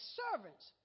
servants